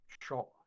shot